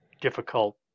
difficult